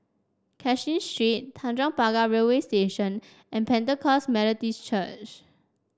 Cashin Street Tanjong Pagar Railway Station and Pentecost Methodist Church